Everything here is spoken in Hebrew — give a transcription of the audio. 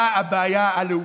אתה הבעיה הלאומית.